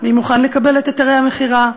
מי מוכן לקבל את היתרי המכירה?